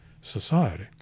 society